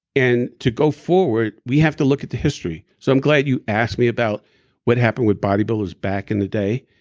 and to go forward, we have to look at the history. so i'm glad you asked me about what happened with bodybuilders back in the day.